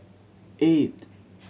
eight